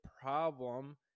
problem